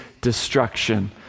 destruction